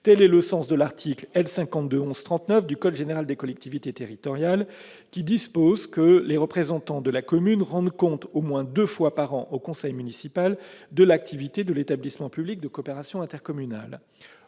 Tel est le sens de l'article L. 5211-39 du CGCT. Cet article précise que « les représentants de la commune rendent compte au moins deux fois par an au conseil municipal de l'activité de l'établissement public de coopération intercommunale.